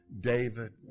David